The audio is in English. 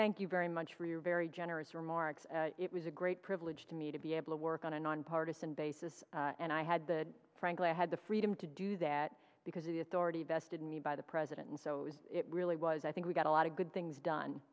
thank you very much for your very generous remarks it was a great privilege to me to be able to work on a nonpartisan basis and i had the frankly i had the freedom to do that because of the authority vested in me by the president and so it really was i think we got a lot of good things done